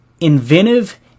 inventive